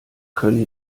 können